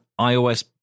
iOS